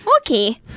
Okay